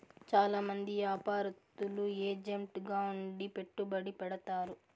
చాలా మంది యాపారత్తులు ఏజెంట్ గా ఉండి పెట్టుబడి పెడతారు